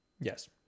Yes